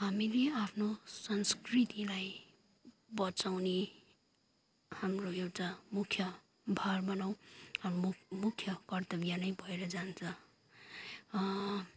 हामीले आफ्नो संस्कृतिलाई बचाउने हाम्रो एउटा मुख्य भार भनौँ मुख्य कर्तव्य नै भएर जान्छ